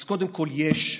אז קודם כול, יש.